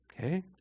Okay